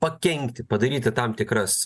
pakenkti padaryti tam tikras